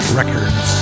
records